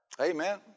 Amen